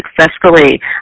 successfully